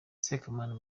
sekamana